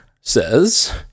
says